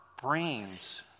brains